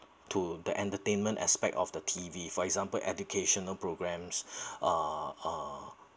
to the entertainment aspect of the T_V for example educational programmes uh